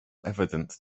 evidence